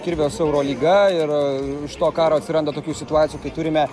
kirvio su eurolyga ir iš to karo atsiranda tokių situacijų kai turime